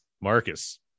Marcus